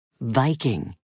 Viking